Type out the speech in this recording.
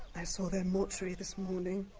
i saw their mortuary this morning.